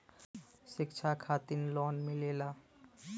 शिक्षा खातिन लोन मिलेला?